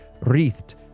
wreathed